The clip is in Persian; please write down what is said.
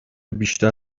بیشتر